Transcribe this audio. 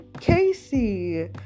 Casey